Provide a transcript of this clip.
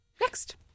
Next